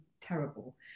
terrible